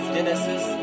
Genesis